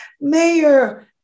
mayor